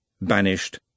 banished